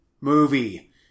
movie